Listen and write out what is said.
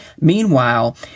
Meanwhile